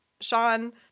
Sean